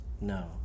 No